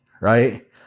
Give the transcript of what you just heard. right